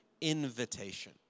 invitation